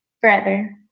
forever